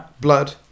blood